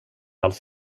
alls